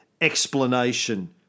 explanation